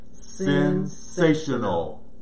sensational